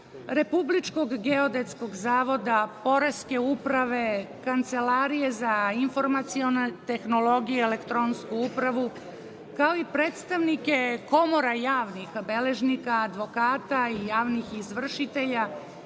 Republičkog geodetskog zavoda, Poreske uprave, Kancelarije za informacione tehnologije za elektronsku upravu, kao i predstavnike Komora javnih beležnika, advokata i javnih izvršitelja,